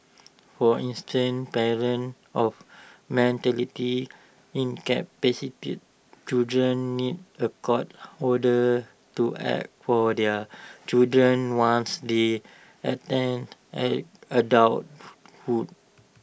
for instance parents of mentally incapacitated children need A court order to act for their children once they attain at adulthood